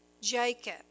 Jacob